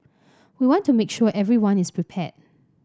we want to make sure everyone is prepared